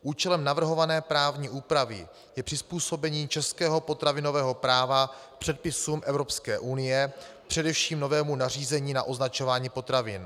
Účelem navrhované právní úpravy je přizpůsobení českého potravinového práva předpisům Evropské unie, především novému nařízení na označování potravin.